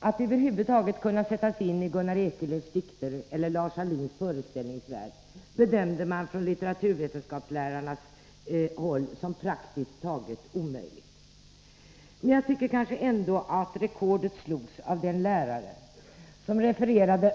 Att under sådana omständigheter över huvud taget sätta sig in i Gunnar Ekelöfs dikter eller Lars Ahlins föreställningsvärld bedömde litteraturvetenskapslärarna som praktiskt taget omöjligt. Men jag tycker kanske ändå att rekordet slogs av en lärare som refererade